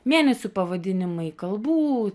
mėnesių pavadinimai kalbų